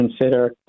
consider